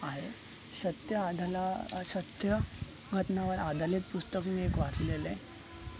आहे सत्य आधला सत्य घटनावर आधारीत पुस्तक मी एक वाचलेलं आहे